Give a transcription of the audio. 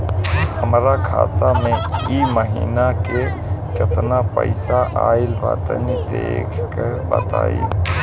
हमरा खाता मे इ महीना मे केतना पईसा आइल ब तनि देखऽ क बताईं?